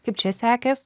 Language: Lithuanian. kaip čia sekės